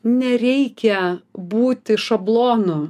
nereikia būti šablonu